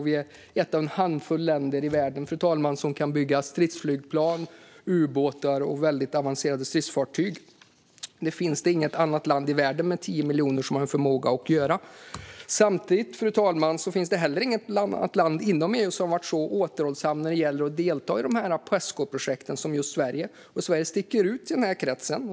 Vi är ett av en handfull länder i världen som kan bygga stridsflygplan, ubåtar och väldigt avancerade stridsfartyg. Det finns inget annat land i världen med 10 miljoner invånare som har en förmåga att göra det Fru talman! Det finns samtidigt heller inget annat land inom EU som har varit så återhållsamt när det gäller att delta i Pescoprojekten som just Sverige. Sverige sticker ut i den kretsen.